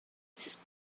this